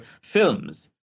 films